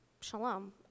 shalom